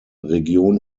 region